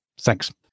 Thanks